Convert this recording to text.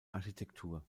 architektur